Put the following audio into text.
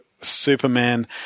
superman